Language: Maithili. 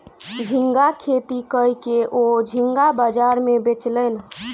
झींगा खेती कय के ओ झींगा बाजार में बेचलैन